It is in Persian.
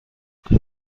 آیا